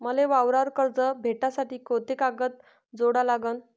मले वावरावर कर्ज भेटासाठी कोंते कागद जोडा लागन?